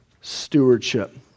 stewardship